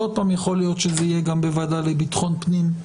יכול להיות שזה יהיה גם בוועדה לביטחון פנים,